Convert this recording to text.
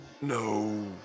No